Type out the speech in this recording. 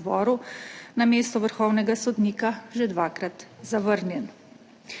zboru ob glasovanju na mesto vrhovnega sodnika že dvakrat zavrnjen.